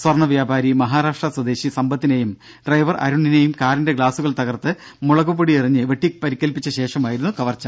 സ്വർണവ്യാപാരി മഹാരാഷ്ട്ര സ്വദേശി സമ്പത്തിനെയും ഡ്രൈവർ അരുണിനെയും കാറിന്റെ ഗ്ലാസുകൾ തകർത്ത് മുളകുപൊടി എറിഞ്ഞ് വെട്ടി പരുക്കേൽപ്പിച്ച ശേഷമായിരുന്നു കവർച്ച